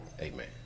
amen